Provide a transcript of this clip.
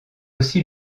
aussi